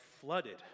flooded